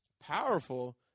Powerful